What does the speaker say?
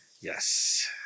Yes